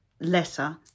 letter